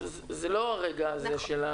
זה לא הרגע הזה של...